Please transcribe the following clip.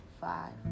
five